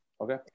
okay